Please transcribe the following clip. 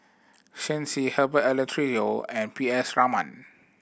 Shen Xi Herbert Eleuterio and P S Raman